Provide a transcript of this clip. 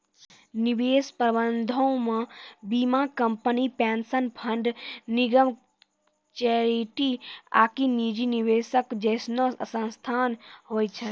निवेश प्रबंधनो मे बीमा कंपनी, पेंशन फंड, निगम, चैरिटी आकि निजी निवेशक जैसनो संस्थान होय छै